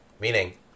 Meaning